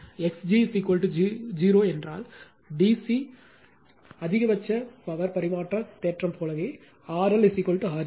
x g 0 என்றால் D C அதிகபட்ச power பரிமாற்ற தேற்றம் போலவே RL R g